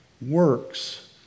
works